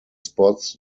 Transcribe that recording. spots